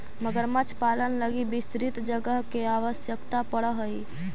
मगरमच्छ पालन लगी विस्तृत जगह के आवश्यकता पड़ऽ हइ